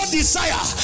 desire